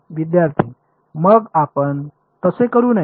विद्यार्थी मग आपण तसे करू नये